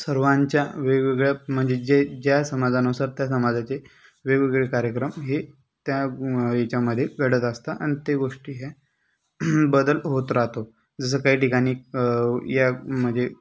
सर्वांच्या वेगवेगळ्या म्हणजे जे ज्या समाजानुसार त्या समाजाचे वेगवेगळे कार्यक्रम हे त्या ह्याच्यामधे घडत असतात आणि ते गोष्टी ह्या बदल होत राहतो जसं काही ठिकाणी या म्हणजे